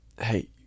hey